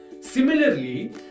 Similarly